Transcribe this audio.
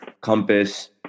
compass